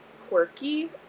quirky